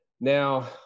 Now